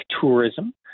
tourism